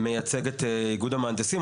מייצג את איגוד המהנדסים.